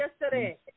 yesterday